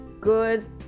Good